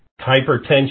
Hypertension